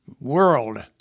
world